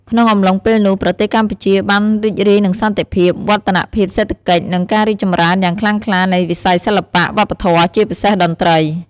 ក្នុងអំឡុងពេលនោះ ប្រទេសកម្ពុជាបានរីករាយនឹងសន្តិភាព វឌ្ឍនភាពសេដ្ឋកិច្ច និងការរីកចម្រើនយ៉ាងខ្លាំងក្លានៃវិស័យសិល្បៈ វប្បធម៌ ជាពិសេសតន្ត្រី ។